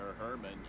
Herman